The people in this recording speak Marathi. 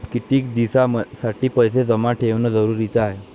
कितीक दिसासाठी पैसे जमा ठेवणं जरुरीच हाय?